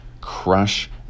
crush